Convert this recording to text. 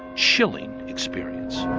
chilling experience.